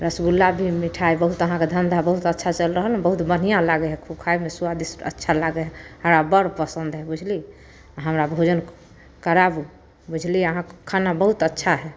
रसगुल्ला भी मिठाइ बहुत अहाँके धन्धा बहुत अच्छा चलि रहल हइ ने बहुत बढ़िआँ लागै हइ खाइमे सुआदिष्ट अच्छा लागै हइ हमरा बड़ पसन्द हइ बुझलिए हमरा भोजन कराबू बुझलिए अहाँके खाना बहुत अच्छा हइ